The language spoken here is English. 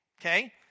Okay